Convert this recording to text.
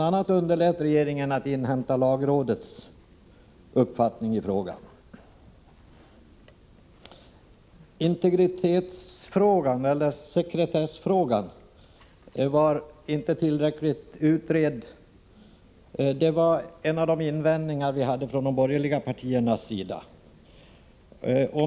a. underlät regeringen att inhämta lagrådets uppfattning i frågan. Sekretessfrågan var inte tillräckligt utredd. Det var en av de invändningar vi hade från de borgerliga partiernas sida.